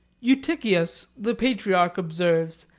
eutychius the patriarch observes,